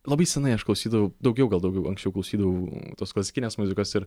labai senai aš klausydavau daugiau gal daugiau anksčiau klausydavau tos klasikinės muzikos ir